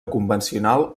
convencional